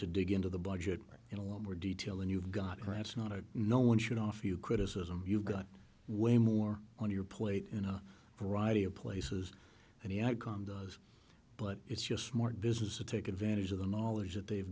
to dig into the budget in a little more detail and you've got her that's not a no one should offer you criticism you've got way more on your plate in a variety of places and the icon does but it's your smart business to take advantage of the knowledge that they've